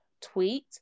tweet